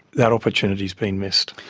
that opportunity has been missed.